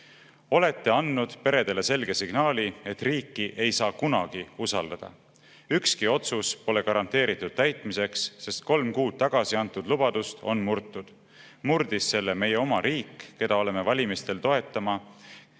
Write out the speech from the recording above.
"Olete andnud peredele selge signaali, et riiki ei saa kunagi usaldada. Ükski otsus pole garanteeritult täitmiseks, sest kolm kuud tagasi antud lubadust on murtud. Murdis selle meie oma riik, keda oleme valmis toetama